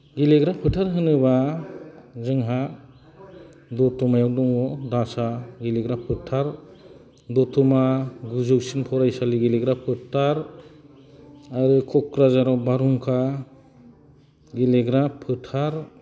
गेलेग्रा फोथार होनोबा जोंहा दतमायाव दङ दासा गेलेग्रा फोथार दतमा गोजौसिन फरायसालि गेलेग्रा फोथार आरो क'क्राझाराव बारहुंखा गेलेग्रा फोथार